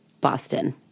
Boston